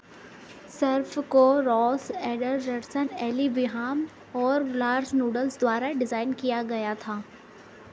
सर्प को Ross Anderson Eli Biham और लार्स नूडल्स द्वारा डिज़ाइन किया गया था